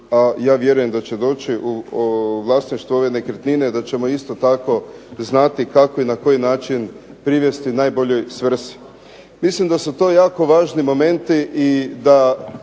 a ja vjerujem da će doći u vlasništvo ove nekretnine, da ćemo isto tako znati kako i na koji način privesti najboljoj svrsi. Mislim da su to jako važni momenti i da